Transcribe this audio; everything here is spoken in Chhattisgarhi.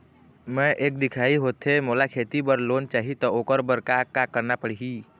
मैं एक दिखाही होथे मोला खेती बर लोन चाही त ओकर बर का का करना पड़ही?